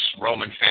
Roman